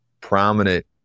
prominent